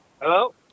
Hello